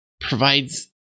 provides